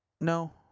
No